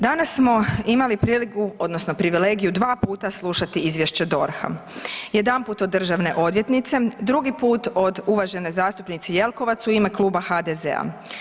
Danas smo imali priliku odnosno privilegiju dva puta slušati izvješće DORH-a, jedanput od državne odvjetnice, drugi put od uvažene zastupnice Jekovac u ime Kluba HDZ-a.